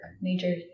major